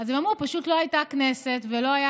אז הם אמרו: פשוט לא הייתה כנסת מתפקדת